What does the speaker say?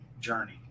journey